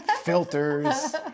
filters